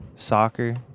Soccer